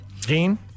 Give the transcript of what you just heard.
Gene